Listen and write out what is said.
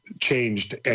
changed